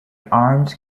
arms